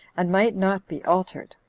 and might not be altered.